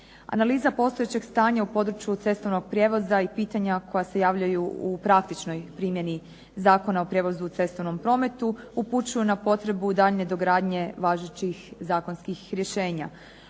Analiza postojećeg stanja u području cestovnog prijevoza i pitanja koja se javljaju u praktičnoj primjeni Zakona o prijevozu u cestovnom prometu upućuju na potrebu daljnje dogradnje važećih zakonskih rješenja.